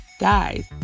Guys